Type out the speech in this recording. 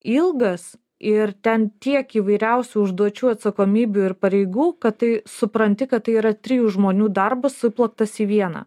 ilgas ir ten tiek įvairiausių užduočių atsakomybių ir pareigų kad tai supranti kad tai yra trijų žmonių darbas suplaktas į vieną